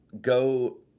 Go